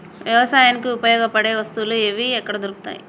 వ్యవసాయానికి ఉపయోగపడే వస్తువులు ఏవి ఎక్కడ దొరుకుతాయి?